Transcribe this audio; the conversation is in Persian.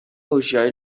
هوشیاری